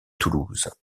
toulouse